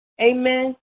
Amen